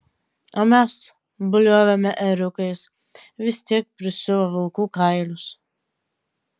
o mes bliovėme ėriukais vis tiek prisiuvo vilkų kailius